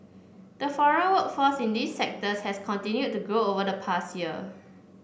the foreign workforce in these sectors has continued to grow over the past year